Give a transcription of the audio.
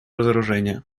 разоружения